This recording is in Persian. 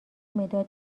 مداد